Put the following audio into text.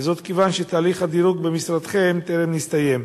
וזאת כיוון שתהליך הדירוג במשרדכם טרם נסתיים.